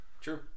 true